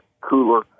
cooler